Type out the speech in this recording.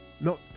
No